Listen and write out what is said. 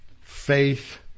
faith